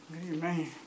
Amen